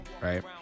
right